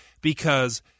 because-